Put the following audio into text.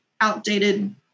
outdated